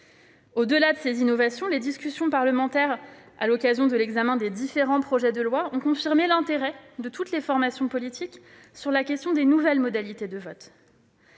Au-delà de ces innovations, les discussions parlementaires qui se sont tenues à l'occasion de l'examen des différents projets de loi ont confirmé l'intérêt porté par toutes les formations politiques à la question des nouvelles modalités de vote.